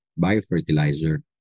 biofertilizer